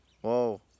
Whoa